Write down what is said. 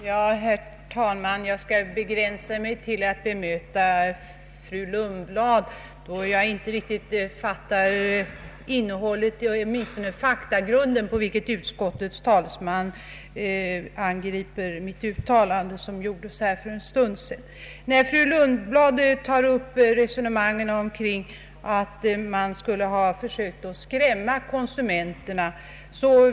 Herr talman! Jag skall begränsa mig till att bemöta fru Lundblad, då jag inte riktigt förstod på vilken faktagrund som hon angrep mig i mitt uttalande för en stund sedan. Fru Lundblad gjorde gällande att man bara gjorde ett försök att skrämma konsumenterna.